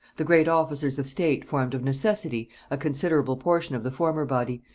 the great officers of state formed of necessity a considerable portion of the former body,